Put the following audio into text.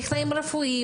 טכנאים רפואיים,